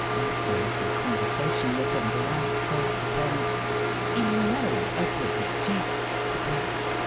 after a little conversation with him the wife says to friends you know edward objects to black.